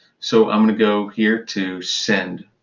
so i'm going to go here to send.